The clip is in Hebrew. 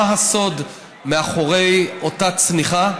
מה הסוד מאחורי אותה צניחה?